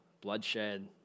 bloodshed